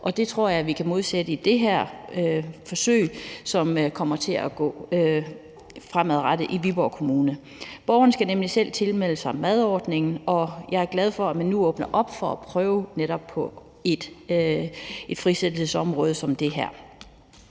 og det tror jeg vi kan imødegå i det her forsøg, som kommer til at køre fremadrettet i Viborg Kommune. Borgeren skal nemlig selv tilmelde sig madordningen, og jeg er glad for, at man nu åbner op for at prøve det på netop et frisættelsesområde som det her.